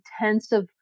intensive